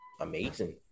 amazing